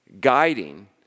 guiding